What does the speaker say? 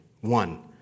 one